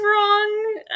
wrong